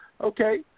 okay